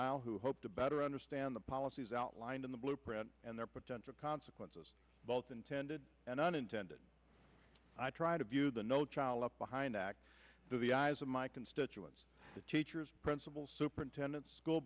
aisle who hope to better understand the policies outlined in the blueprint and their potential consequences both intended and unintended i try to view the no child left behind act through the eyes of my constituents the teachers principals superintendents school